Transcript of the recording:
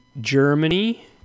Germany